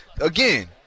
again